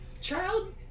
child